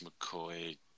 McCoy